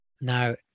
Now